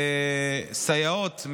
סייעות,